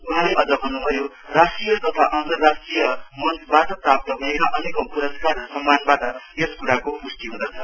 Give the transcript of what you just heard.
उहाँले अझ भन्नुभयो राष्ट्रिय तथा अन्तर्राष्ट्रिय मञ्चबाट प्राप्त भएका अनेकौं पुरस्कार र सम्मानबाट यस कुराको पुष्टि हुँदछ